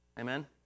Amen